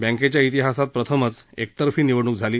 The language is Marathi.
बँकेच्या इतिहासात प्रथमच एकतर्फी निवडणूक झाली